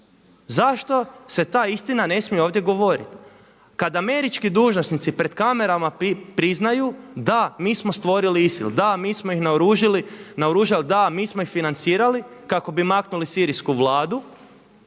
Zašto se ta istina ne smije ovdje govoriti kada američki dužnosnici pred kamerama priznaju da mi smo stvorili Isil, da mi smo ih naoružali, da mi smo ih financirali kako bi maknuli sirijsku vladu?